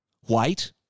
White